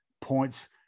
points